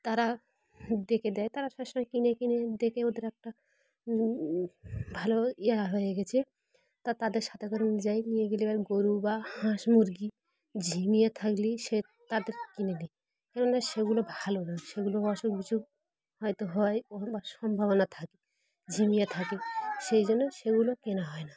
তারা ডেকে দেয় তারা সবসময় কিনে কিনে দেখে ওদের একটা ভালো ইয়ে হয়ে গেছে তা তাদের সাথে করে যায় নিয়ে গেলে এবার গরু বা হাঁস মুরগি ঝিমিয়ে থাকলে সে তাদের কিনে নিই কেননা সেগুলো ভালো না সেগুলো অসুখ বিসুখ হয়তো হয় বা সম্ভাবনা থাকে ঝিমিয়ে থাকে সেই জন্য সেগুলো কেনা হয় না